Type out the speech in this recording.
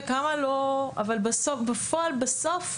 אבל בפועל בסוף,